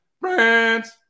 Friends